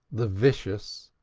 the vicious,